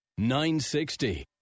960